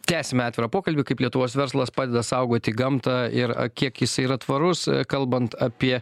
tęsiame atvirą pokalbį kaip lietuvos verslas padeda saugoti gamtą ir kiek jisai yra tvarus kalbant apie